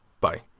Bye